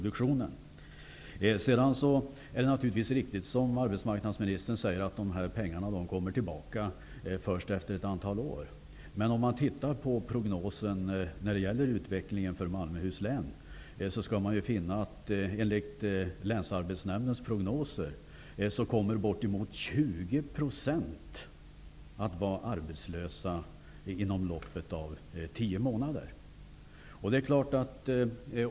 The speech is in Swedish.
Det är naturligtvis riktigt, som arbetsmarknadsministern säger, att dessa pengar kommer att återbetalas först om ett antal år. Men enligt länsarbetsnämndens prognoser som gäller utvecklingen för Malmöhus län, kommer bortemot 20 % att vara arbetslösa inom loppet av tio månader.